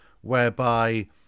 whereby